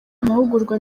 amahugurwa